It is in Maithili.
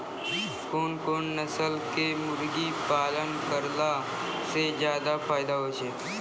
कोन कोन नस्ल के मुर्गी पालन करला से ज्यादा फायदा होय छै?